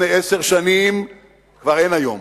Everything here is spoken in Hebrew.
לפני עשר שנים כבר אין היום.